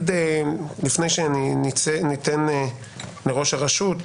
לפני שניתן את רשות הדיבור לראש הרשות,